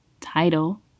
title